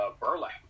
Burlap